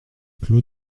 clos